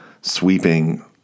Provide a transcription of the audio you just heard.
sweeping